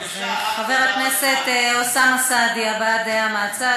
בבקשה, חבר הכנסת אוסאמה סעדי, הבעת דעה מהצד.